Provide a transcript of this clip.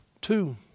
Two